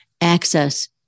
access